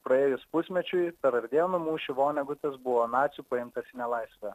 praėjus pusmečiui per ardėnų mūšį vonegutas buvo nacių paimtas į nelaisvę